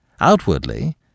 Outwardly